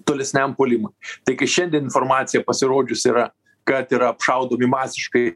tolesniam puolimui tai kai šiandien informacija pasirodžiusi yra kad yra apšaudomi masiškai